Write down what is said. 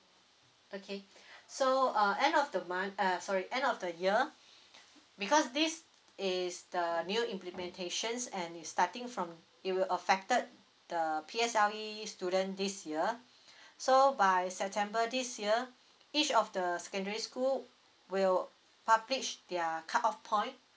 okay so uh end of the month uh sorry end of the year because this is the new implementations and is starting from it will affected the P_S_L_E student this year so by september this year each of the secondary school will publish their cut off point